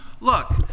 Look